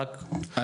אני